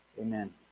Amen